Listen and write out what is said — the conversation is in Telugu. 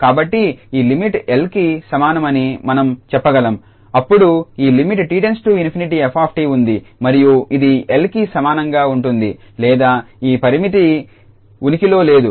కాబట్టి ఈ లిమిట్ 𝐿కి సమానం అని మనం చెప్పగలం అప్పుడు ఈ లిమిట్ 𝑡→∞ f𝑡 ఉంది మరియు ఇది 𝐿కి సమానంగా ఉంటుంది లేదా ఈ పరిమితి ఉనికిలో లేదు